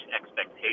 expectations